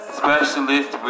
specialist